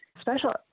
special